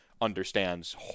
understands